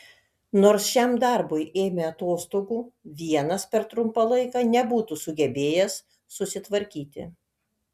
nors šiam darbui ėmė atostogų vienas per trumpą laiką nebūtų sugebėjęs susitvarkyti